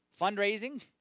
Fundraising